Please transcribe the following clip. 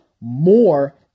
more